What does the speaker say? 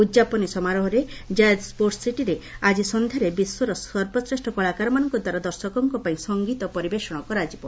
ଉଦ୍ଯାପନୀ ସମାରୋହରେ କ୍ରୟେଦ୍ ସ୍କୋର୍ଟସ୍ ସିଟିରେ ଆଜି ସନ୍ଧ୍ୟାରେ ବିଶ୍ୱର ସର୍ବବୃହତ କଳାକାରମାନଙ୍କ ଦ୍ୱାରା ଦର୍ଶକଙ୍କ ପାଇଁ ସଂଗୀତ ପରିବେଷଣ କରାଯିବ